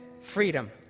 freedom